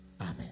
Amen